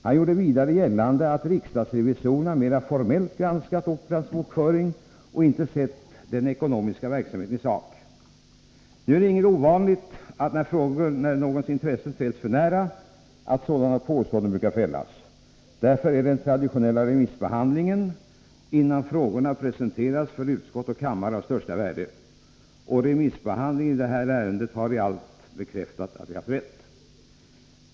Han gjorde vidare gällande att riksdagsrevisorerna mer formellt granskat Operans bokföring och inte sett den ekonomiska verksamheten i sak. Det är inget ovanligt att när någons intressen träds för nära sådana påståenden brukar fällas. Därför är den traditionella remissbehandlingen, innan frågorna presenteras för utskott och kammare, av största värde. Och remissbehandlingen i detta ärende har i allt bekräftat att vi haft rätt.